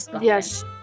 yes